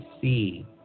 see